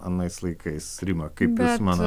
anais laikais rima kaip manot